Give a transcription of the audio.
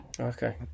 Okay